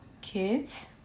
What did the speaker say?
kids